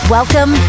Welcome